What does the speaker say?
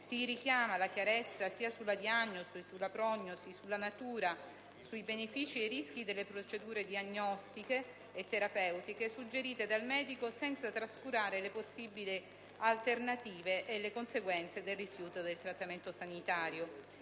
si richiama la chiarezza sulla diagnosi, sulla prognosi, sulla natura, sui benefici e i rischi delle procedure diagnostiche e terapeutiche suggerite dal medico, senza trascurare le possibili alternative e le conseguenze del rifiuto del trattamento sanitario.